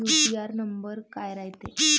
UTR number काय रायते?